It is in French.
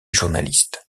journaliste